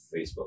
facebook